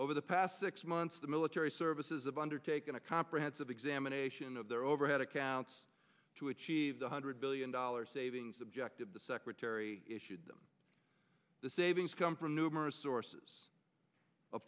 over the past six months the military services of undertaking a comprehensive examination of their overhead accounts to achieve the hundred billion dollars savings subject of the secretary issued them the savings come from numerous sources